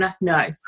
no